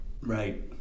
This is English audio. Right